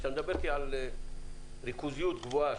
כשאתה מדבר איתי על ריכוזיות גבוהה,